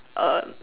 err